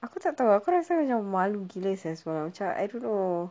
aku tak tahu aku rasa macam malu gila sia semalam macam I don't know